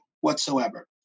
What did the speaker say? whatsoever